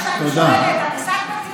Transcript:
כלומר הריסת בתים זה צעד מדוד?